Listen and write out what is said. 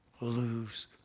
lose